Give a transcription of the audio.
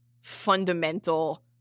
fundamental